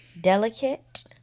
Delicate